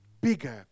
bigger